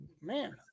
man